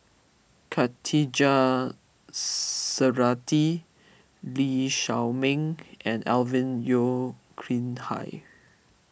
Khatijah Surattee Lee Shao Meng and Alvin Yeo Khirn Hai